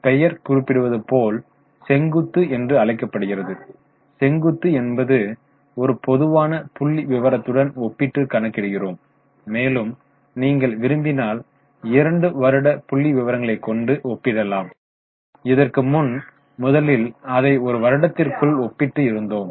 பெயர் குறிப்பிடுவதுபோல் செங்குத்து என்று அழைக்கப்படுகிறது செங்குத்து என்பது ஒரு பொதுவான புள்ளிவிவரத்துடன் ஒப்பிட்டு கணக்கிடுகிறோம் மேலும் நீங்கள் விரும்பினால் 2 வருட புள்ளிவிவரங்களை கொண்டு ஒப்பிடலாம் இதற்கு முன் முதலில் அதை ஒரு வருடத்திற்குள் ஒப்பிட்டு இருந்தோம்